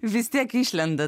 vis tiek išlenda